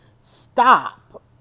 stop